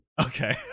Okay